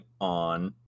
on